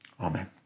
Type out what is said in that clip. Amen